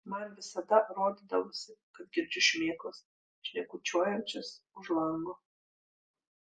man visada rodydavosi kad girdžiu šmėklas šnekučiuojančias už lango